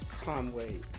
Conway